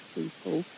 people